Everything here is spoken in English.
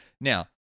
Now